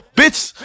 bitches